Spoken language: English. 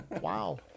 Wow